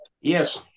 yes